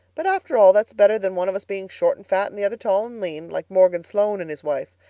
but after all that's better than one of us being short and fat and the other tall and lean, like morgan sloane and his wife.